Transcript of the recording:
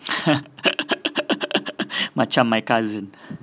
macam my cousin